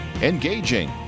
engaging